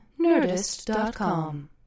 nerdist.com